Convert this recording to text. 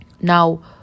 Now